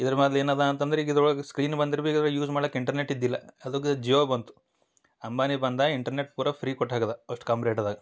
ಇದ್ರ ಮೇಲೆ ಏನು ಅದ ಅಂತಂದ್ರ ಈಗ ಇದ್ರ ಒಳಗ ಸ್ಕ್ರೀನ್ ಬಂದಿರ್ಬೇಕು ಯೂಸ್ ಮಾಡ್ಲಕ್ ಇಂಟರ್ನೆಟ್ ಇದ್ದಿಲ್ಲಾ ಅದುಕ್ಕ ಜಿಯೋ ಬಂತು ಅಂಬಾನಿ ಬಂದ ಇಂಟರ್ನೆಟ್ ಪೂರಾ ಫ್ರೀ ಕೊಟ್ಟು ಹಾಕ್ದ ಅಷ್ಟು ಕಮ್ಮಿ ರೇಟ್ದಾಗ